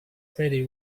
pretty